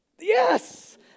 yes